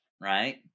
right